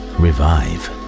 revive